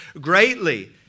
greatly